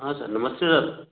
हाँ सर नमस्ते सर